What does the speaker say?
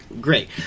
great